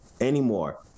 anymore